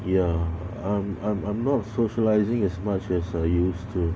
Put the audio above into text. ya I'm I'm I'm not socializing as much as I used to